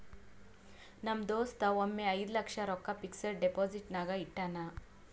ನಮ್ ದೋಸ್ತ ಒಮ್ಮೆ ಐಯ್ದ ಲಕ್ಷ ರೊಕ್ಕಾ ಫಿಕ್ಸಡ್ ಡೆಪೋಸಿಟ್ನಾಗ್ ಇಟ್ಟಾನ್